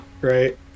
right